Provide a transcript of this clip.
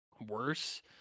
worse